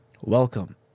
Welcome